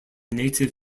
native